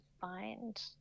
find